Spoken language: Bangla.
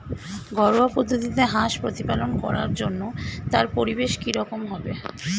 ঘরোয়া পদ্ধতিতে হাঁস প্রতিপালন করার জন্য তার পরিবেশ কী রকম হবে?